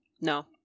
No